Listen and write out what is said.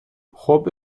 خوب